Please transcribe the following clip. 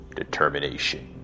determination